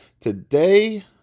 today